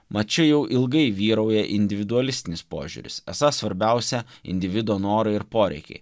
mat čia jau ilgai vyrauja individualistinis požiūris esą svarbiausia individo norai ir poreikiai